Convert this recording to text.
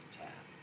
tap